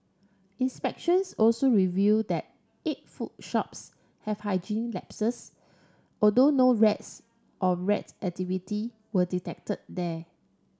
inspections also revealed that eight food shops have hygiene lapses although no rats or rat activity were detected there